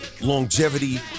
longevity